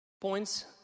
points